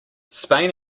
spain